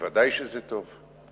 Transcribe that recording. ודאי שזה טוב.